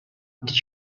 did